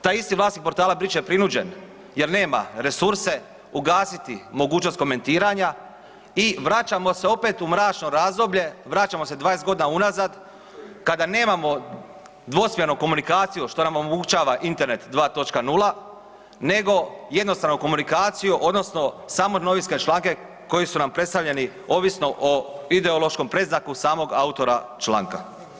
Taj isti vlasnik portala bit će prinuđen jer nema resurse, ugasiti mogućnost komentiranja i vraćamo se opet u mračno razdoblje, vraćamo se 20 g. unazad kada nemamo dvosmjernu komunikaciju što omogućava internet 2.0, nego jednostranu komunikaciju odnosno samo novinske članke koji su nam predstavljeni ovisno o ideološkom predznaku samog autora članka.